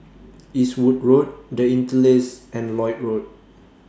Eastwood Road The Interlace and Lloyd Road